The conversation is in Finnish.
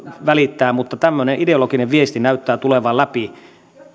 välittää mutta tämmöinen ideologinen viesti näyttää tulevan läpi